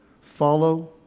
follow